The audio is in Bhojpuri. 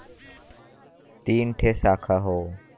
तीन ठे साखा हौ